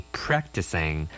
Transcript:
practicing